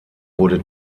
wurde